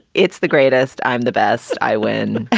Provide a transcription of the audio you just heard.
it's the greatest, i'm the best i win